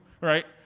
right